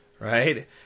Right